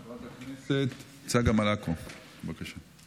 חברת הכנסת צגה מלקו, בבקשה.